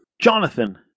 Jonathan